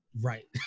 Right